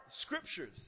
scriptures